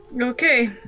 Okay